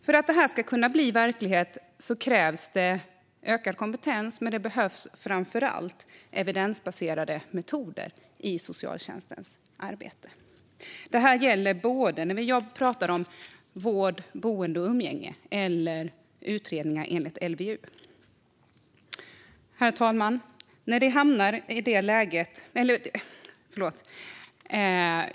För att detta ska kunna bli verklighet krävs ökad kompetens, men det behövs framför allt evidensbaserade metoder i socialtjänstens arbete. Det gäller både när vi talar om vård, boende och umgänge och när vi talar om utredningar enligt LVU. Herr talman!